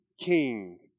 king